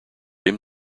him